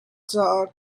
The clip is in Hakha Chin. caah